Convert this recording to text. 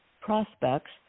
prospects